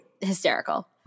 Hysterical